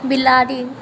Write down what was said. बिलाड़ि